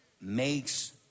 makes